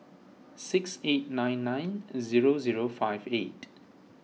six eight nine nine zero zero five eight